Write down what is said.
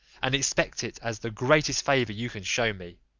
and expect it as the greatest favour you can show me.